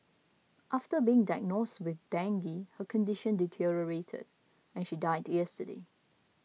after being diagnosed with dengue her condition deteriorated and she died yesterday